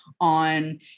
on